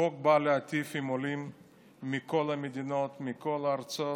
החוק בא להיטיב עם עולים מכל המדינות, מכל הארצות,